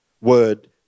word